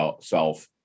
self